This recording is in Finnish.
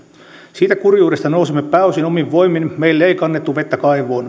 siitä kurjuudesta nousimme pääosin omin voimin meille ei kannettu vettä kaivoon